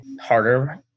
harder